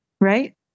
Right